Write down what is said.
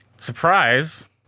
surprise